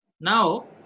now